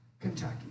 Kentucky